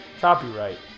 Copyright